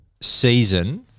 season